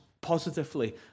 positively